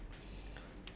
ya